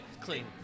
Clean